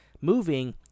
moving